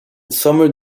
summer